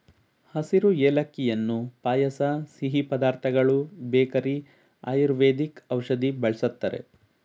ಹಸಿರು ಏಲಕ್ಕಿಯನ್ನು ಪಾಯಸ ಸಿಹಿ ಪದಾರ್ಥಗಳು ಬೇಕರಿ ಆಯುರ್ವೇದಿಕ್ ಔಷಧಿ ಬಳ್ಸತ್ತರೆ